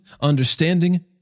understanding